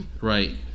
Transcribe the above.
Right